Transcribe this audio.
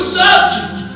subject